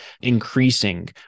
increasing